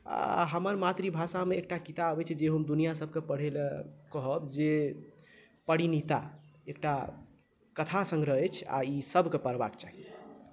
आ हमर मातृभाषामे एकटा किताब अछि जे हम दुनिया सबकेँ पढै लेल कहब जे परिणीता एकटा कथा संग्रह अछि आ ई सबकेँ पढबाक चाही